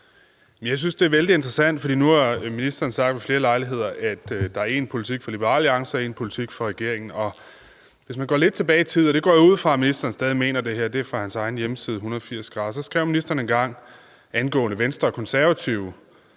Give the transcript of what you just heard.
Jeg synes, det er vældig interessant, for nu har ministeren ved flere lejligheder sagt, at der er én politik for Liberal Alliance og én politik for regeringen, og hvis man går lidt tilbage i tiden – og jeg går ud fra, at ministeren stadig mener det her, for det er fra hans egen netavis 180Grader – kan man se, at ministeren engang skrev angående Venstre og Konservative,